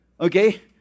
Okay